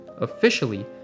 Officially